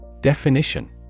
DEFINITION